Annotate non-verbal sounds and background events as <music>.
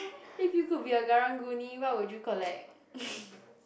if you could be a karang-guni what would you collect <laughs>